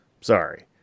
sorry